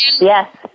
Yes